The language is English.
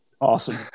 Awesome